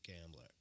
gambler